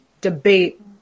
debate